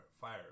fire